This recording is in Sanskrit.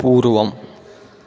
पूर्वम्